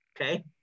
Okay